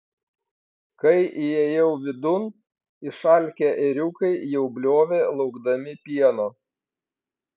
kai įėjau vidun išalkę ėriukai jau bliovė laukdami pieno